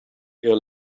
your